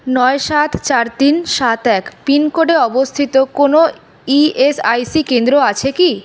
নয় সাত চার তিন সাত এক পিন কোডে অবস্থিত কোনো ইএসআইসি কেন্দ্র আছে কি